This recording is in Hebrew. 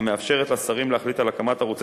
המאפשרת לשרים להחליט על הקמת ערוצי